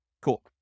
Cool